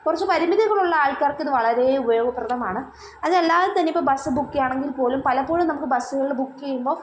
കുറച്ച് പരിമിതികളുള്ള ആൾക്കാർക്ക് ഇത് വളരെ ഉപയോഗപ്രദമാണ് അതല്ലാതെ തന്നെ ഇപ്പം ബസ്സ് ബുക്ക് ചെയ്യുകയാണെങ്കിൽ പോലും പലപ്പോഴും നമുക്ക് ബസ്സുകൾ ബുക്ക് ചെയ്യുമ്പോൾ